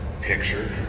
picture